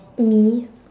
me